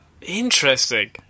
Interesting